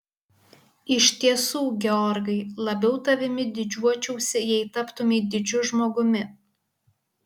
iš tiesų georgai labiau tavimi didžiuočiausi jei taptumei didžiu žmogumi